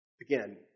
again